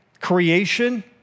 creation